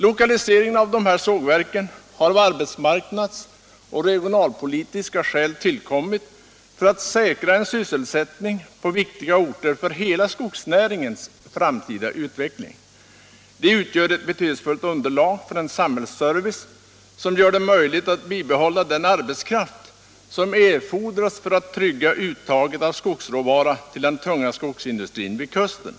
Lokaliseringen av de här sågverken har skett av arbetsmarknadsmässiga och regionalpolitiska skäl, och genom dem säkras sysselsättningen på orter viktiga för skogsnäringens framtida utveckling. De ger ett betydelsefullt underlag för en samhällsservice som gör det möjligt att bibehålla den arbetskraft som erfordras för att trygga uttaget av skogsråvara till den tunga skogsindustrin vid kusten.